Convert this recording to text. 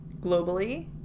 globally